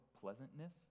pleasantness